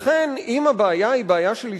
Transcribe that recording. לכן, אם הבעיה היא בעיה של השתתפות,